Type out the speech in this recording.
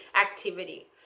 activity